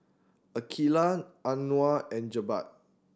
Aqeelah Anuar and Jebat